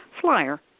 flyer